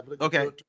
Okay